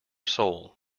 soul